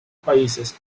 países